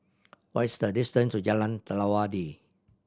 what is the distance to Jalan Telawi